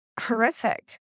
horrific